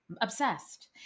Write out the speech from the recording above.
obsessed